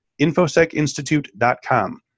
infosecinstitute.com